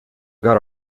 got